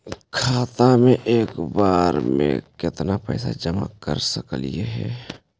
खाता मे एक बार मे केत्ना पैसा जमा कर सकली हे?